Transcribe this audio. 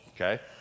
okay